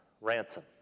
ransom